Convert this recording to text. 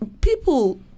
people